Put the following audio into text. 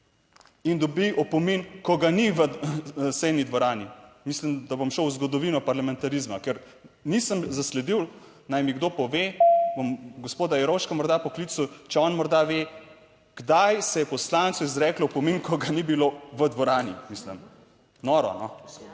in dobi opomin, ko ga ni v sejni dvorani. Mislim, da bom šel v zgodovino parlamentarizma, ker nisem zasledil, naj mi kdo pove, bom gospoda Jerovška morda poklical, če on morda ve kdaj se je poslancu izreklo opomin, ko ga ni bilo v dvorani. Mislim,